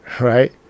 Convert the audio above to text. Right